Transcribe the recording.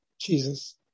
Jesus